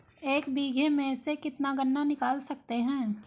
एक बीघे में से कितना गन्ना निकाल सकते हैं?